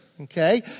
Okay